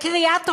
לקריאה טרומית,